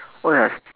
what else